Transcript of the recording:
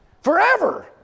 forever